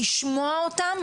לשמוע אותם,